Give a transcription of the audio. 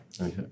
Okay